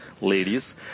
ladies